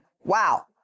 Wow